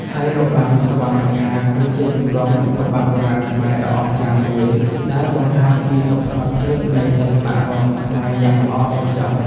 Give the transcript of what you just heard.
ហើយរបាំសុវណ្ណមច្ឆា គឺជាទម្រង់របាំបុរាណខ្មែរដ៏អស្ចារ្យមួយដែលបង្ហាញពីសោភ័ណភាពនៃសិល្បៈរាំខ្មែរយ៉ាងល្អឥតខ្ចោះ។